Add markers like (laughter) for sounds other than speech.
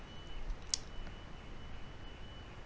(noise)